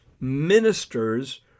ministers